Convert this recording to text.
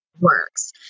works